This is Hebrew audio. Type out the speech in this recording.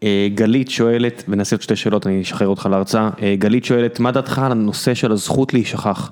גלית שואלת ונעשה שתי שאלות אני אשחרר אותך להרצאה גלית שואלת מה דעתך על הנושא של הזכות להשכח.